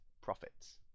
profits